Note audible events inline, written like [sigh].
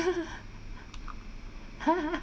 [laughs] [laughs]